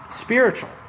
spiritual